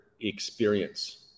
experience